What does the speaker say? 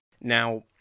Now